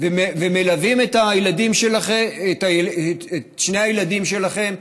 ומלווים את שני הילדים שלכם,